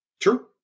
True